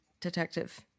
Detective